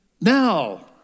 Now